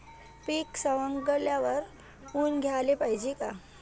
पीक सवंगल्यावर ऊन द्याले पायजे का?